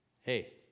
Hey